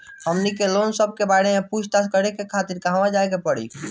हमनी के लोन सेबा के बारे में पूछताछ करे खातिर कहवा जाए के पड़ी?